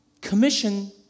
commission